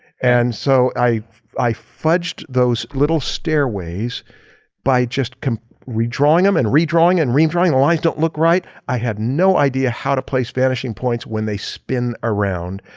and so i i fudged those little stairways by just redrawing them and redrawing and redrawing. lines don't look right. i had no idea how to place vanishing points when they spin around.